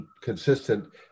consistent